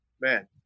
man